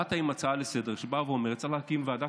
באת עם הצעה לסדר-היום שאומרת שצריך להקים ועדת